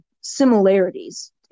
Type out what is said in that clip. similarities